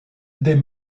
des